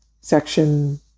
section